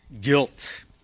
guilt